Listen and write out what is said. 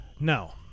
No